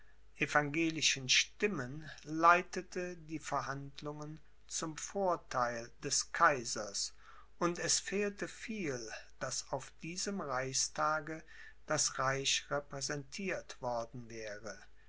evangelischen stimmen leitete die verhandlungen zum vortheil des kaisers und es fehlte viel daß auf diesem reichstage das reich repräsentiert worden wäre